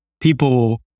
people